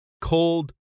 Cold